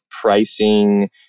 pricing